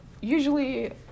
usually